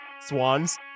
swans